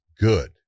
good